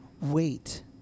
wait